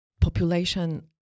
population